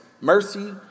mercy